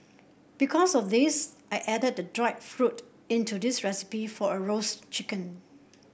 because of this I added the dried fruit into this recipe for a roast chicken